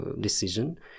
decision